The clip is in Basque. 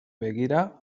begira